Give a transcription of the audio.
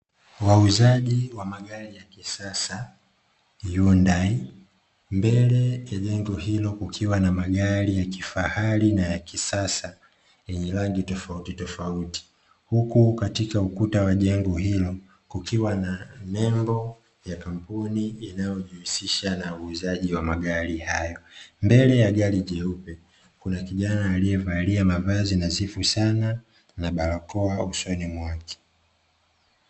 Wauzaji wa magari ya kisasa Hyundai mbele ya jengo hilo kukiwa na magari ya kifahari na ya kisasa yenye rangi tofautitofauti, huku katika ukuta wa jengo hilo kukiwa na nembo ya kampuni inayojihusisha na uuzaji wa magari hayo. Mbele ya gari jeupe kuna kijana aliyevalia mavazi nadhifu sana na barakoa usoni mwake.